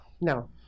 No